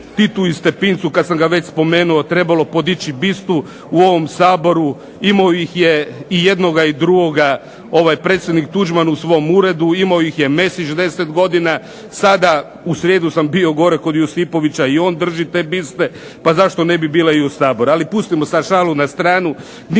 Titu i Stepincu kad sam ga već spomenuo trebalo podići bistu u ovom Saboru, imao ih je i jednoga i drugoga, ovaj predsjednik Tuđman u svom uredu, imao ih je Mesić 10 godina, sada u srijedu sam bio gore kod Josipovića i on drži te biste, pa zašto ne bi bile i u Saboru. Ali pustimo sad šalu na stranu,